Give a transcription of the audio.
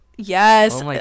Yes